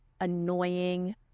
annoying